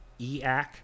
EAC